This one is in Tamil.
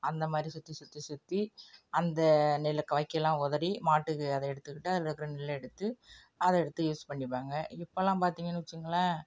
அந்த மாதிரி சுற்றி சுற்றி சுற்றி அந்த நெல்லை வைக்கோல்லாம் உதறி மாட்டுக்கு அதை எடுத்துக்கிட்டு அதில் இருக்கிற நெல்லை எடுத்து அதை எடுத்து யூஸ் பண்ணிப்பாங்க இப்பெல்லாம் பார்த்தீங்கன்னு வச்சுங்களேன்